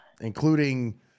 including